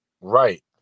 Right